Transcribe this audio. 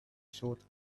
sought